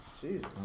Jesus